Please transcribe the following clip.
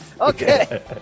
Okay